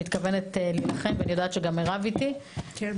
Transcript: מתכוונת להילחם ואני יודעת שגם מירב איתי --- כן.